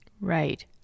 Right